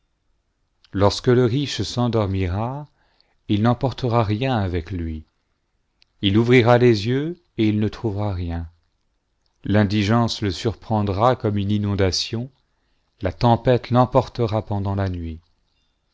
lorsque le riche s'endormira il n'emportera rien avec lui il ouvrira les yeux et il ne trouvera rien l'indigence le surprendra comme une inondation la tempête l'emportera pendant la nuit